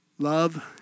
Love